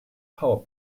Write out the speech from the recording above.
power